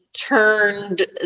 turned